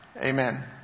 Amen